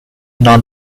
non